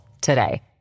today